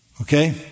Okay